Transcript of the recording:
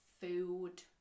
food